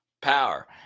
power